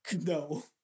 No